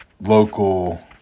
Local